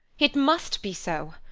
it must be so!